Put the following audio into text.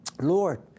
Lord